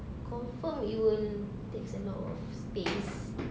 confirm it will takes a lot of space